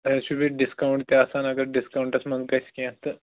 تُہۍ آسوٕ بیٚیہِ ڈِسکاوٗنٛٹ تہِ آسان اگر ڈِسکاوٗنٛٹس منٛز گژھِ کیٚنٛہہ تہٕ